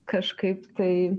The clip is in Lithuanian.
kažkaip tai